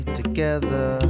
together